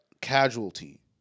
casualty